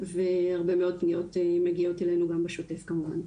והרבה מאוד פניות מגיעות אלינו גם בשוטף כמובן.